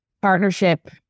partnership